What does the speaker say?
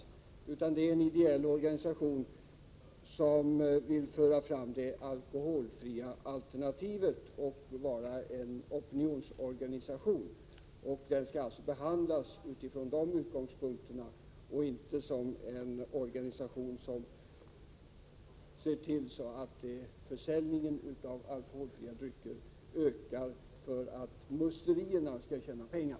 Det är fråga om en ideell organisation som vill föra fram det alkoholfria alternativet och vara opinionsbildande. Föreningen skall alltså behandlas från dessa utgångspunkter och inte betraktas som en organisation som ser till att försäljningen av alkoholfria drycker ökar för att musterierna därmed skall tjäna pengar.